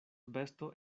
besto